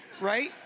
right